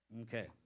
Okay